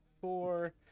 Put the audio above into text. four